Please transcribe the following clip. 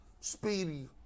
speedy